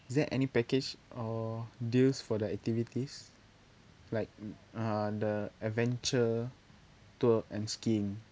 is there any package or deals for the activities like uh err the adventure tour and scheme